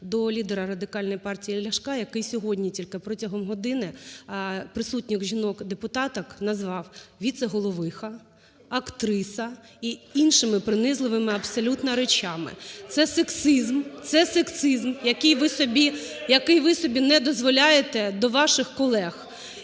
до лідера Радикальної партії Ляшка, який сьогодні тільки протягом години присутніх жінок-депутаток назвав "віце-головиха", "актриса" і іншими принизливими абсолютно речами. Це сексизм. Це сексизм, який ви собі не дозволяєте до ваших колег.